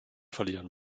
verlieren